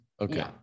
Okay